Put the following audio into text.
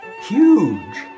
huge